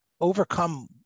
overcome